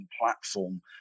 platform